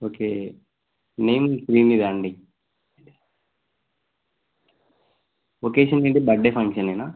okay name క్రీమీదా అండి occasion నుండి బర్త్డే ఫంక్షన్ ఏనా